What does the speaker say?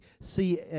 see